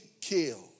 killed